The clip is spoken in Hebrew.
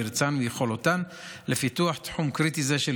מרצן ויכולותיהן לפיתוח תחום קריטי זה של